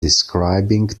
describing